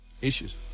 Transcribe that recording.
Issues